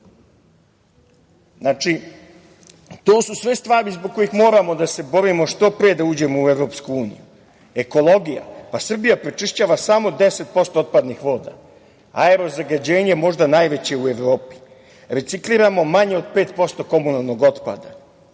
grad. To su sve stvari zbog kojih moramo da se borimo što pre da uđemo u EU.Ekologija. Srbija prečišćava samo 10% otpadnih voda. Aerozagađenje je možda najveće u Evropi. Recikliramo manje od 5% komunalnog otpada.